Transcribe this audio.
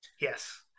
Yes